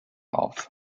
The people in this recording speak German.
auf